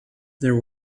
there